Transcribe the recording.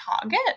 target